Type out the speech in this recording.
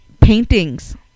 paintings